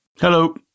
Hello